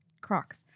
Crocs